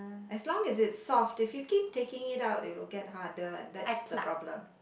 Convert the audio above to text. as long as it's soft if you keep taking it out it would get harder and that's the problem